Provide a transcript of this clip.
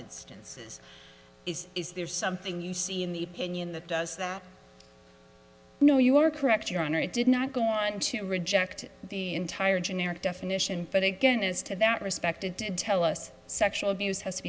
instances is is there something you see in the union that does that no you are correct your honor i did not go on to reject the entire generic definition but again as to that respected to tell us sexual abuse has to